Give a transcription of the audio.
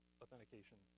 authentication